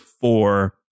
four